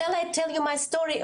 זה לא אולפן עם וואצ'ר.